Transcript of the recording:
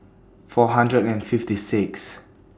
four hundred and fifty Sixth